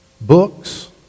books